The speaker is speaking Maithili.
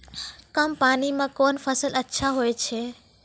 कम पानी म कोन फसल अच्छाहोय छै?